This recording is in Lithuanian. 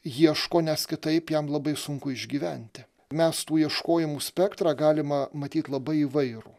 ieško nes kitaip jam labai sunku išgyventi mes tų ieškojimų spektrą galima matyt labai įvairų